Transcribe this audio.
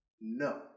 No